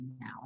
now